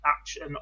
action